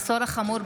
התשפ"ג 2023,